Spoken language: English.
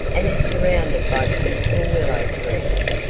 and is surrounded by beautiful willow trees.